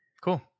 Cool